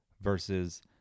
versus